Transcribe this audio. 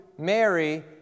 Mary